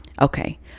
okay